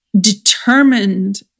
determined